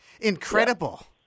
Incredible